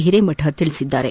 ಹಿರೇಮಠ ಹೇಳಿದ್ದಾರೆ